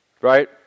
Right